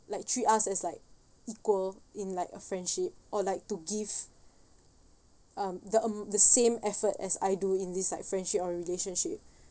like treat us as like equal in like a friendship or like to give um the am~ the same effort as I do in this like friendship or relationship